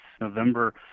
November